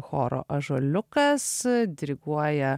choro ąžuoliukas diriguoja